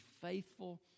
faithful